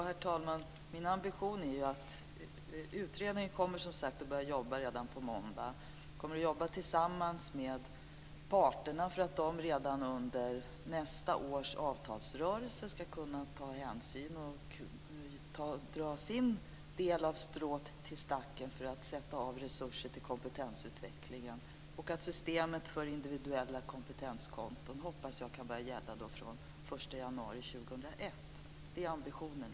Herr talman! Utredningen kommer som sagt att börja jobba redan på måndag. Den kommer att jobba tillsammans med parterna för att de redan under nästa års avtalsrörelse ska kunna ta hänsyn till och dra sin del av stråt till stacken för att sätta av resurser till kompetensutvecklingen. Systemet för individuella kompetenskonton hoppas jag kan börja gälla från den 1 januari 2001. Det är i alla fall ambitionen.